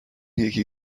یکی